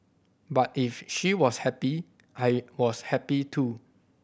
but if she was happy I was happy too